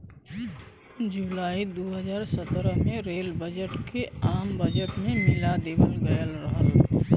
जुलाई दू हज़ार सत्रह में रेल बजट के आम बजट में मिला देवल गयल रहल